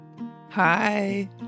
Hi